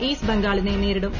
east ബംഗാളിനെ നേരിടും